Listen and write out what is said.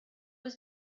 was